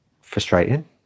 frustrating